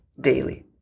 daily